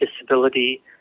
disability